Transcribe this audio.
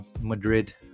madrid